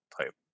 type